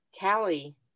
Callie